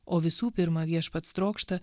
o visų pirma viešpats trokšta